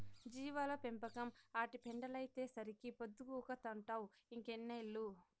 జీవాల పెంపకం, ఆటి పెండలైతేసరికే పొద్దుగూకతంటావ్ ఇంకెన్నేళ్ళు